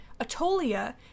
Atolia